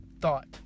thought